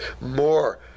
More